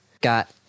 got